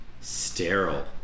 sterile